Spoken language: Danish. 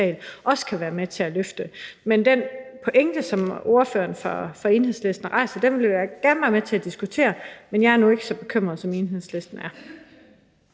ikke vil være med til at løfte det. Den pointe, som ordføreren for Enhedslisten kommer med, vil jeg gerne være med til at diskutere, men jeg er nu ikke så bekymret, som Enhedslisten er.